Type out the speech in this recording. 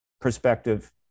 perspective